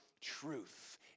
Truth